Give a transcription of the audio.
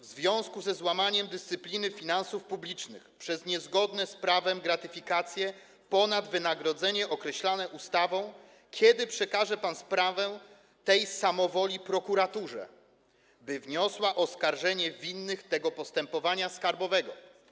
W związku ze złamaniem dyscypliny finansów publicznych przez niezgodne z prawem wypłacenie gratyfikacji ponad wynagrodzenia określone ustawą kiedy przekaże pan sprawę tej samowoli prokuraturze, by wniosła oskarżenie winnych tego przestępstwa skarbowego?